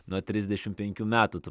nuo trisdešimt penkių metų tu